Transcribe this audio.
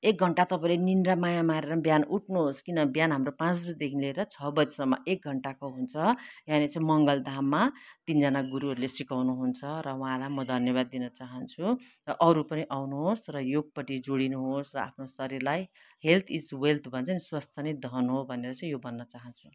एक घन्टा तपाईँले निन्द्रा माया मारेर बिहान उठ्नुहोस् किनभने हाम्रो बिहान पाँच बजीदेखि लिएर छ बजेसम्म एक घन्टाको हुन्छ यहाँनिर चाहिँ मङ्गल घाममा तिनजना गुरुहरूले सिकाउनु हुन्छ र उहाँहरूलाई म धन्यवाद दिनु चाहन्छु र अरू पनि आउनुहोस् र योगपट्टि जोडिनु होस् र आफ्नो शरीरलाई हेल्थ इज वेल्थ भन्छ नि स्वास्थ्य नै धन हो भनेर चाहिँ यो भन्न चाहन्छु